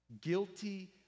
guilty